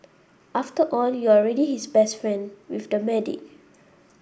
after all you're already his best friend with the medic